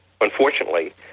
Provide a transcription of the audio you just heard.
unfortunately